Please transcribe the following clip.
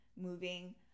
moving